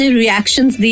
reactions